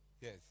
Yes